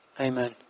amen